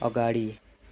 अगाडि